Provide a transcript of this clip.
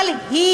אבל היא,